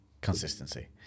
Consistency